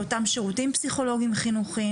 לאותם שירותים פסיכולוגיים חינוכיים,